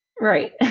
right